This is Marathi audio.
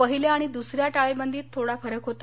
पहिल्या आणि द्सऱ्या टाळेबंदीत थोडा फरक होता